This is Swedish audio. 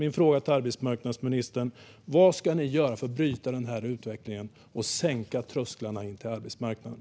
Min fråga till arbetsmarknadsministern är: Vad ska ni göra för att bryta denna utveckling och sänka trösklarna in till arbetsmarknaden?